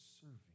serving